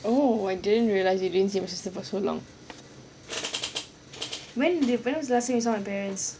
oh I didn't realise you didn't see my sister for so long when did when was the last time you saw my parents